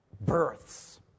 births